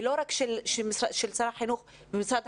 ולא רק משרד החינוך עכשיו.